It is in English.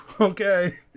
Okay